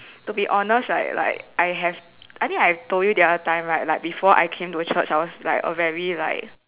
to be honest right like I have I think I told you that other time right like before I came to church I was like a very like